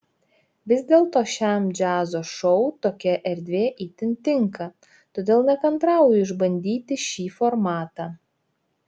vis dėlto šiam džiazo šou tokia erdvė itin tinka todėl nekantrauju išbandyti šį formatą